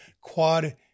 quad